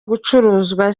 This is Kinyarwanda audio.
gucurangwa